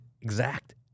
exact